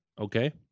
Okay